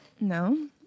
No